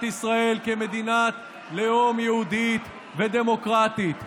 ישראל כמדינת לאום יהודית ודמוקרטית,